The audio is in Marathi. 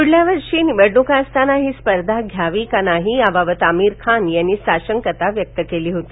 पुढच्या वर्षी निवडणुका असताना ही स्पर्धा घ्यावी की नाही याबाबत अमीर खान यांनी साशंकता व्यक्त केली होती